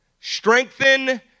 Strengthen